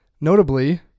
Notably